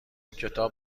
کتاب